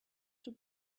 two